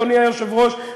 אדוני היושב-ראש,